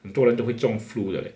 很多人都会中 flu 的 leh